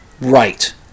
right